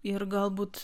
ir galbūt